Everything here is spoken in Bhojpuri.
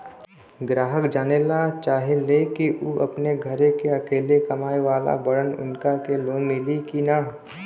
ग्राहक जानेला चाहे ले की ऊ अपने घरे के अकेले कमाये वाला बड़न उनका के लोन मिली कि न?